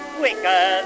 quicker